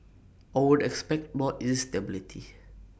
I would expect more instability